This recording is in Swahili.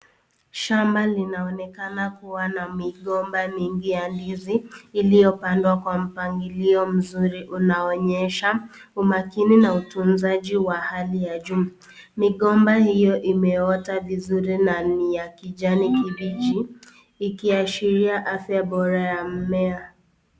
Shamba linaoneka kuwa na migomba mingi ya ndizi iliyopandwa kwa mpangilio mzuri. Unaonyesha umakini na utunzaji wa hali ya juu. Migomba hiyo imeota vizuri na ni ya kijani kibichi ikiashiria afya bora ya mmea.